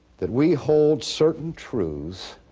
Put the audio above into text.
that we hold certain truths